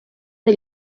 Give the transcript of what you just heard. del